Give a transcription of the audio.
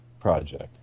project